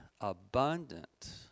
abundant